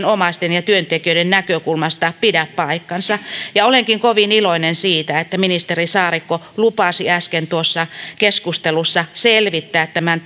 omaisten ja työntekijöiden näkökulmasta pidä paikkaansa olenkin kovin iloinen siitä että ministeri saarikko lupasi äsken keskustelussa selvittää tämän